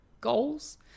goals